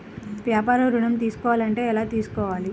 వ్యాపార ఋణం తీసుకోవాలంటే ఎలా తీసుకోవాలా?